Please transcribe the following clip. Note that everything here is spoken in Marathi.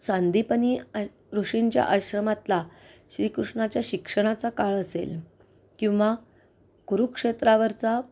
सांदीपनी ऋषिंच्या आश्रमातला श्रीकृष्णाच्या शिक्षणाचा काळ असेल किंवा कुरुक्षेत्रावरचा